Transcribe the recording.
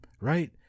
right